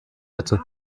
bitte